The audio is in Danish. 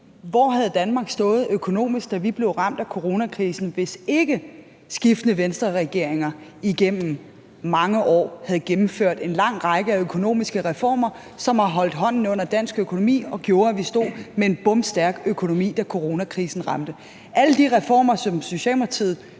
Hvor havde Danmark stået økonomisk, da vi blev ramt af coronakrisen, hvis ikke skiftende Venstreregeringer igennem mange år havde gennemført en lang række af økonomiske reformer, som har holdt hånden under dansk økonomi og gjort, at vi stod med en bomstærk økonomi, da coronakrisen ramte? Det er alle de reformer, store dele